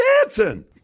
dancing